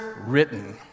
written